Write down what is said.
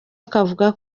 akavuga